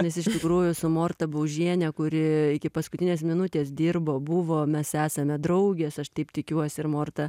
nes iš tikrųjų su morta baužiene kuri iki paskutinės minutės dirbo buvo mes esame draugės aš taip tikiuosi ir morta